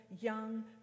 young